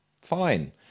fine